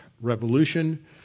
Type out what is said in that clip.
revolution